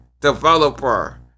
developer